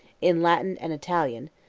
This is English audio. in latin and italian,